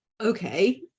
Okay